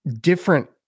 different